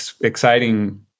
exciting